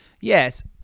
Yes